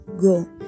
go